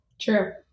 True